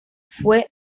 fue